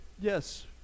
Yes